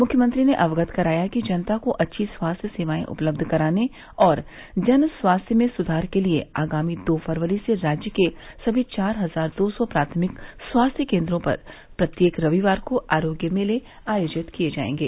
मुख्यमंत्री ने अवगत कराया कि जनता को अच्छी स्वास्थ्य सेवाए उपलब्ध कराने और जन स्वास्थ्य में सुधार के लिए आगामी दो फरवरी से राज्य के सभी चार हजार दो सौ प्राथमिक स्वास्थ्य केन्द्रों पर प्रत्येक रविवार को आरोग्य मेले आयोजित किये जायेंगे